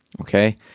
Okay